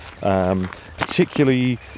particularly